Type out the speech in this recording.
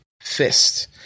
Fist